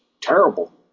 terrible